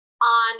On